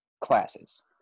classes